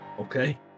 okay